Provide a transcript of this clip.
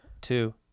two